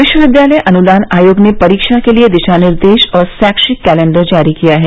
विश्वविद्यालय अनुदान आयोग ने परीक्षा के लिए दिशा निर्देश और शैक्षिक कैलेंडर जारी किया है